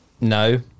No